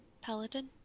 Paladin